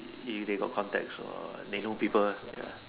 if they got contacts or if they know people ya